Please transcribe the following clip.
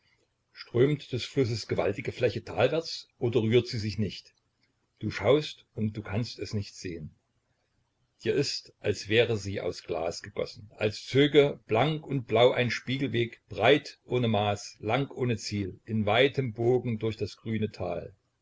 strömt des flusses gewaltige fläche talwärts oder rührt sie sich nicht du schaust und du kannst es nicht sehen dir ist als wäre sie aus glas gegossen als zöge blank und blau ein spiegelweg breit ohne maß lang ohne ziel in weitem bogen durch das grüne tal